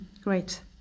Great